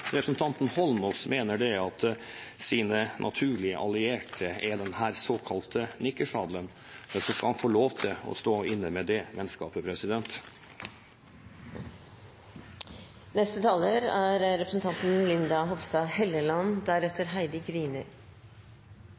representanten Eidsvoll Holmås mener at hans naturlige allierte er den såkalte nikkersadelen, skal han få lov til å stå med det vennskapet. Det denne debatten i dag har handlet om, er